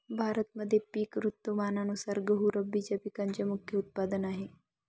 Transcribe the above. भारतामध्ये पिक ऋतुमानानुसार गहू रब्बीच्या पिकांचे मुख्य उत्पादन आहे